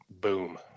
Boom